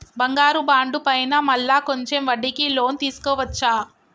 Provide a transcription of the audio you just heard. బంగారు బాండు పైన మళ్ళా కొంచెం వడ్డీకి లోన్ తీసుకోవచ్చా?